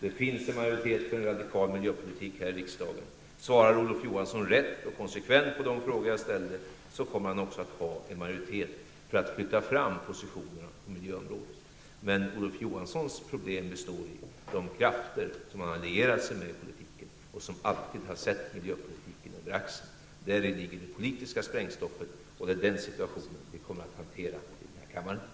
Det finns en majoritet för en radikal miljöpolitik här i riksdagen. Svarar Olof Johansson rätt och konsekvent på de frågor jag ställde kommer han också att ha en majoritet för att flytta fram positionerna på miljöområdet. Men Olof Johanssons problem består i de krafter han har lierat sig med i politiken, vilka alltid har sett miljöpolitiken över axeln. Däri ligger det politiska sprängstoffet, och det är den situationen vi kommer att hantera i den här kammaren.